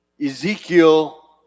ezekiel